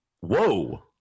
Whoa